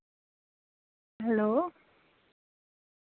hello